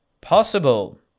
possible